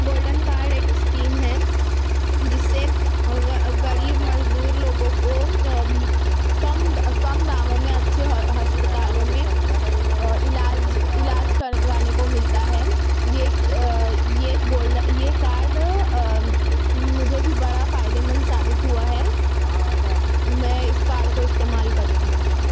golden card ایک scheme ہے جس سے غریب مزدور لوگوں کو کم کم داموں میں اچھے ہسپتالوں میں علاج علاج کروانے کو ملتا ہے یہ ایک یہ ایک گولڈ یہ کارڈ مجھے بھی بڑا فائدہ مند ثابت ہوا ہے میں اس کارڈ کو استعمال کرتی ہوں